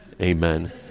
Amen